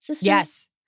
Yes